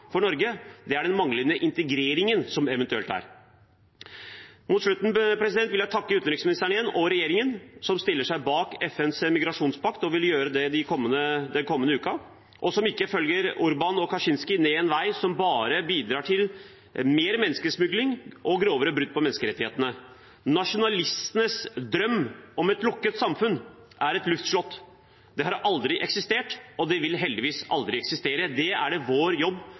for Norge. Det er det den manglende integreringen som eventuelt er. Mot slutten vil jeg igjen takke utenriksministeren og regjeringen som stiller seg bak FNs migrasjonspakt og vil gjøre det den kommende uken, og som ikke følger Orbán og Kaczy?ski ned en vei som bare bidrar til mer menneskesmugling og grovere brudd på menneskerettighetene. Nasjonalistenes drøm om et lukket samfunn er et luftslott. Det har aldri eksistert og vil heldigvis aldri eksistere. Det er det vår jobb